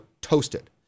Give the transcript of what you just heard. toasted